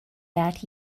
that